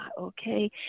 okay